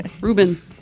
Ruben